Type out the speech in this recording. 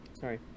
Sorry